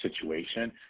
situation